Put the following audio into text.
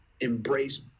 embrace